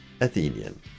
Athenian